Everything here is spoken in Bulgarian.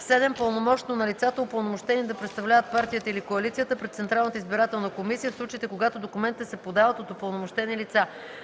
7. пълномощно на лицата, упълномощени да представляват партията или коалицията пред Централната избирателна комисия, в случаите когато документите се подават от упълномощени лица.